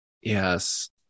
Yes